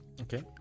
okay